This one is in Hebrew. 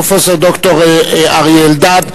פרופסור ד"ר אריה אלדד,